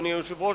אדוני היושב-ראש.